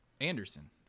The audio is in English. Anderson